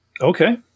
Okay